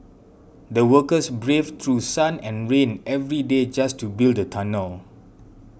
the workers braved through sun and rain every day just to build the tunnel